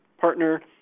partner